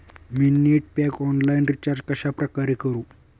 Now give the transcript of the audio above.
मी net pack online recharge कशाप्रकारे करु?